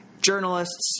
journalists